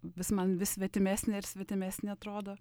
vis man vis svetimesnė ir svetimesnė atrodo